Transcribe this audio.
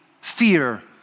fear